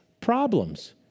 problems